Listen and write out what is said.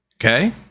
Okay